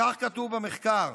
כך כתוב במחקר,